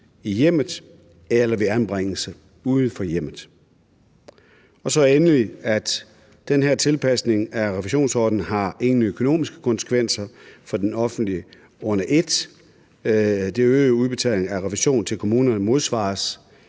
i hjemmet eller ved anbringelse uden for hjemmet. Og endelig: Den her tilpasning af refusionsordningen har ingen økonomiske konsekvenser for det offentlige under et. Den øgede udbetaling af refusion til kommunerne modsvares